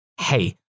hey